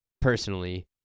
Personally